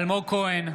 אינו נוכח מאיר כהן,